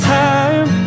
time